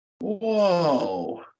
Whoa